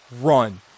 Run